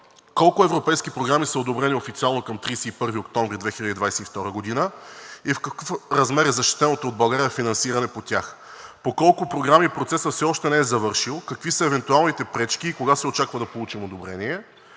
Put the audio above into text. Колко европейски програми са одобрени официално към 31 октомври 2022 г. и в какъв размер е защитеното от България финансиране по тях? По колко програми процесът все още не е завършил? Какви са евентуалните пречки и кога се очаква да получим одобрение?